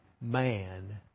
man